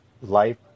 life